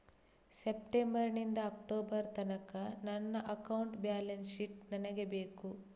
September ನಿಂದ October ತನಕ ನನ್ನ ಅಕೌಂಟ್ ಬ್ಯಾಲೆನ್ಸ್ ಶೀಟ್ ನನಗೆ ಬೇಕು